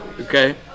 Okay